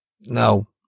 no